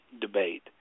debate